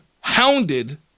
hounded